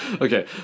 Okay